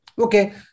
Okay